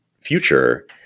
future